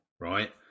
right